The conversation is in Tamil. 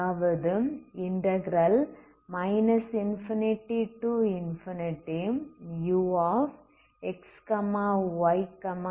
அதாவது ∞ux ytgdy